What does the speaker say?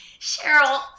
Cheryl